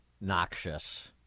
noxious